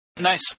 Nice